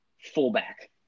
fullback